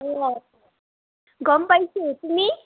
অঁ গম পাইছো তুমি